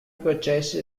processi